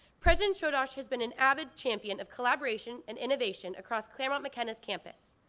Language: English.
president chodosh has been an avid champion of collaboration and innovation across claremont mckenna's campus,